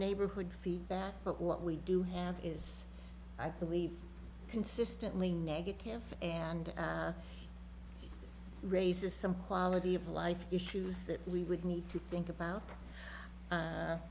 neighborhood feedback but what we do have is i believe consistently negative and raises some quality of life issues that we would need to think about